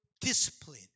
discipline